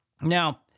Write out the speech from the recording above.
Now